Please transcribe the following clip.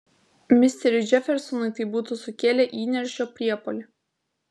misteriui džefersonui tai būtų sukėlę įniršio priepuolį